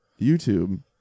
YouTube